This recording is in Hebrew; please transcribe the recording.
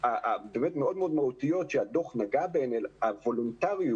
המאוד מאוד מהותיות שהדוח נגע בהן היא על הוולונטריות